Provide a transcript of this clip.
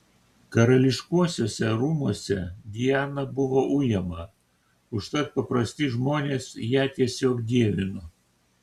karališkuosiuose rūmuose diana buvo ujama užtat paprasti žmonės ją tiesiog dievino